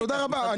תודה רבה.